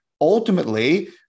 ultimately